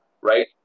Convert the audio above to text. right